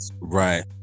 right